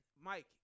Mike